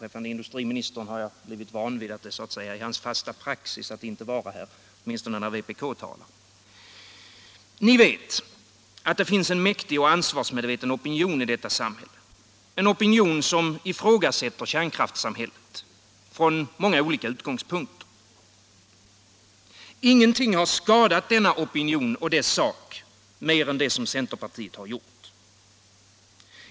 Jag har blivit van vid att det är industriministerns fasta praxis att inte vara närvarande när någon från vpk talar. Ni vet att det finns en mäktig och ansvarsmedveten opinion i detta samhälle, en opinion som ifrågasätter kärnkraftssamhället från många utgångspunkter. Inget har skadat denna opinion och dess sak mer än vad centerpartiet har gjort.